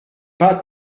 pas